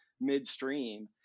midstream